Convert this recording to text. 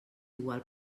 igual